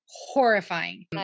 Horrifying